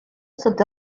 sont